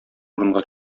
урынга